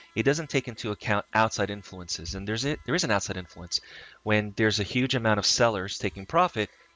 it doesn't take into account outside influences and there's it, there is an outside influence when there's a huge amount of sellers taking profit,